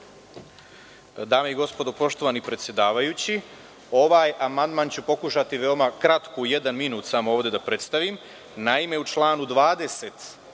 Dame i gospodo, poštovani predsedavajući, ovaj amandman ću pokušati veoma kratko, u jedan minut, ovde da predstavim. Naime, u članu 20.